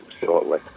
shortly